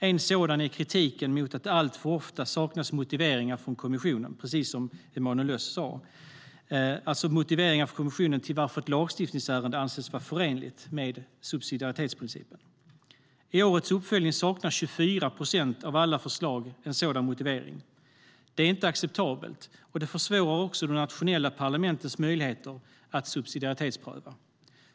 En sådan är kritiken mot att det alltför ofta saknas motiveringar från kommissionen - precis som Emanuel Öz sa - till varför ett lagstiftningsärende anses vara förenligt med subsidiaritetsprincipen.I årets uppföljning saknar 24 procent av alla förslag sådan motivering. Detta är inte acceptabelt, och det försvårar de nationella parlamentens möjligheter att subsidiaritetspröva.